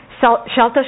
shelter